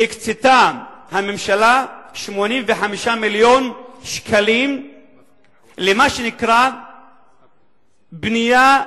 הקצתה הממשלה 85 מיליון שקלים למה שנקרא בנייה,